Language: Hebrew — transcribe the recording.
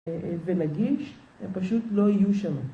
ונגיש, הם פשוט לא יהיו שמה.